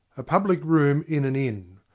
a public room in an inn.